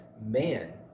man